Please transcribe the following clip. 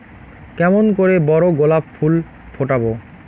কেমন করে বড় গোলাপ ফুল ফোটাব?